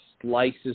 slices